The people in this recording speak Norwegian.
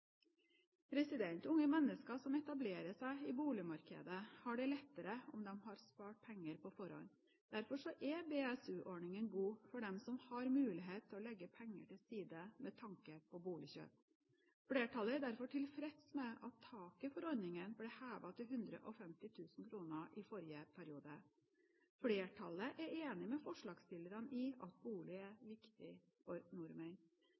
Unge mennesker som etablerer seg i boligmarkedet, har det lettere om de har spart penger på forhånd. Derfor er BSU-ordningen god for dem som har mulighet til å legge penger til side med tanke på boligkjøp. Flertallet er derfor tilfreds med at taket for ordningen ble hevet til 150 000 kr i forrige periode. Flertallet er enig med forslagsstillerne i at bolig er viktig for nordmenn.